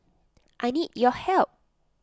I need your help